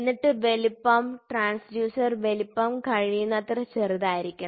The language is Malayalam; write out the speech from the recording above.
എന്നിട്ട് വലുപ്പം ട്രാൻസ്ഡ്യൂസർ വലുപ്പം കഴിയുന്നത്ര ചെറുതായിരിക്കണം